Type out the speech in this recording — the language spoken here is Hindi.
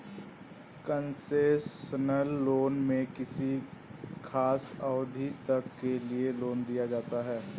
कंसेशनल लोन में किसी खास अवधि तक के लिए लोन दिया जाता है